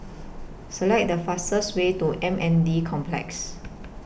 Select The fastest Way to M N D Complex